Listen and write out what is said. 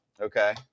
Okay